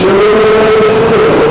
ישללו ממנו את הזכות הזאת.